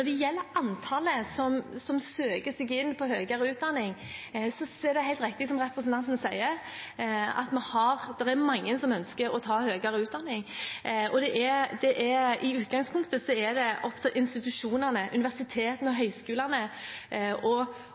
det gjelder antallet som søker seg inn på høyere utdanning, er det helt riktig som representanten sier, at det er mange som ønsker å ta høyere utdanning, og i utgangspunktet er det opp til institusjonene – universitetene og høyskolene